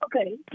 Okay